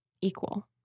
equal